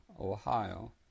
Ohio